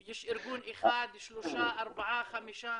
יש ארגון אחד, שלושה, ארבעה, חמישה?